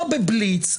לא בבליץ,